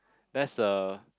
that's a